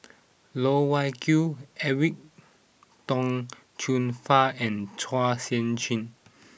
Loh Wai Kiew Edwin Tong Chun Fai and Chua Sian Chin